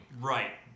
Right